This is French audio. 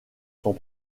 sont